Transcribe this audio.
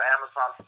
Amazon